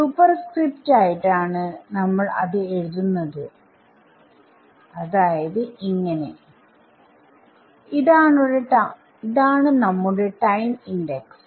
superscript ആയിട്ടാണ് നമ്മൾ അത് എഴുതുന്നത് അതായത് ഇതാണ് നമ്മുടെ ടൈം ഇണ്ടെക്സ്